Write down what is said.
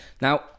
Now